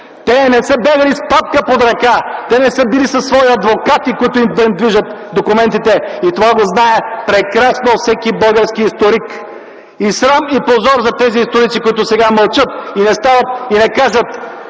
Те не са бягали с папка под ръка. Те не са били със свои адвокати, които да движат документите им. Това го знае прекрасно всеки български историк. Срам и позор за тези историци, които сега мълчат, и не стават и не кажат,